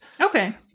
Okay